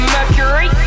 Mercury